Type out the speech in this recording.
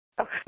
okay